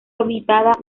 habitada